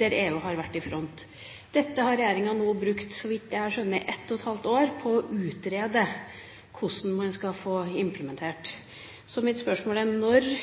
der EU har vært i front. Regjeringa har brukt – så vidt jeg skjønner – et og et halvt år på å utrede hvordan man skal få dette implementert. Så mitt spørsmål er: Når